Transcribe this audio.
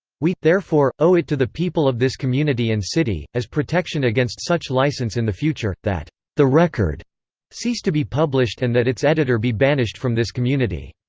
we, therefore, owe it to the people of this community and city, as protection against such license in the future, that the record cease to be published and that its editor be banished from this community.